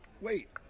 wait